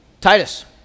Titus